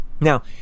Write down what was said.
Now